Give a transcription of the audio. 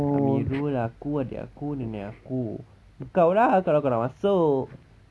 amirul aku adik aku nenek aku engkau lah kalau kau nak masuk